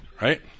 right